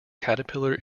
caterpillar